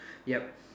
yup